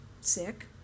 sick